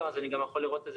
אני שמחה לפתוח את הדיון.